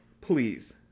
Please